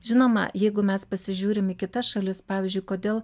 žinoma jeigu mes pasižiūrim į kitas šalis pavyzdžiui kodėl